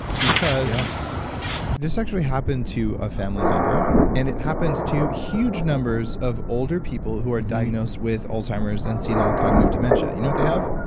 because this actually happened to a family member. and it happens to huge numbers of older people who are diagnosed with alzheimer's and ah cognitive dementia. you know what they have?